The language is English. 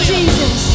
Jesus